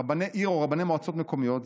רבני עיר או רבני מועצות מקומיות,